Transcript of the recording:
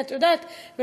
ואת יודעת,